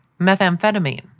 methamphetamine